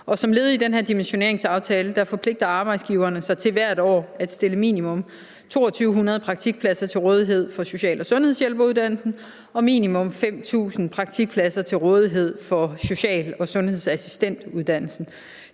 den her dimensioneringsaftale forpligter arbejdsgiverne sig til hvert år at stille minimum 2.200 praktikpladser til rådighed for social- og sundhedshjælperuddannelsen og minimum 5.000 praktikpladser til rådighed for social- og sundhedsassistentuddannelsen.